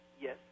Yes